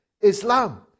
Islam